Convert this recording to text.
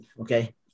Okay